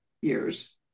years